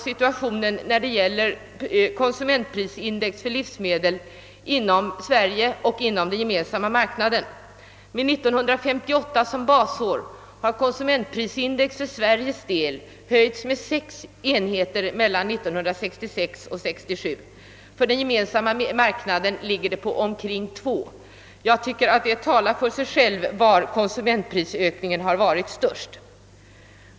Vid en jämförelse mellan konsumentprisindex på livsmedel i Sverige och i den Gemensamma marknaden med 1958 som basår visar det sig, att index för Sverige har stigit med 6 enheter mellan 1966 och 1967 medan det för den Gemensamma marknaden i genomsnitt stigit 2 enheter. Jag tycker att dessa siffror talar ett tydligt språk om var konsumentprisökningen varit störst.